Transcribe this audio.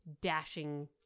dashing